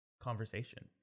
conversation